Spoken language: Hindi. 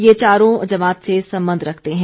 ये चारों ज़मात से संबंध रखते है